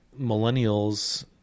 millennials